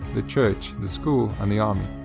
the church, the school, and the army.